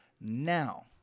Now